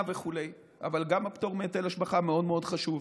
וכו' אבל גם הפטור מהיטל השבחה מאוד מאוד חשוב.